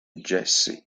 jesse